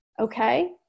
okay